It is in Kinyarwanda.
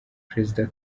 perezida